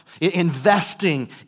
investing